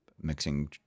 mixing